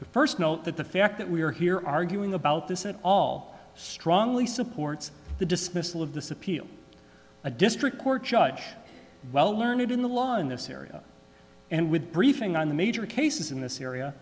first note that the fact that we are here arguing about this at all strongly supports the dismissal of this appeal a district court judge well learned in the law in this area and with briefing on the major cases in this area